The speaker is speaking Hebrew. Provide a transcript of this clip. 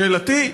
שאלתי: